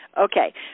Okay